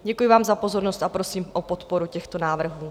Děkuji vám za pozornost a prosím o podporu těchto návrhů.